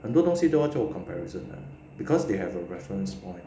很多东西多要做 comparison 的 because they have a reference point